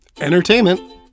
entertainment